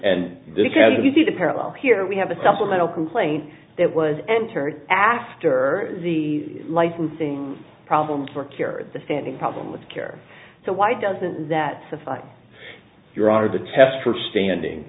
because you see the parallel here we have a supplemental complaint that was entered after the licensing problems were cured the standing problem with care so why doesn't that suffice your honor the test for standing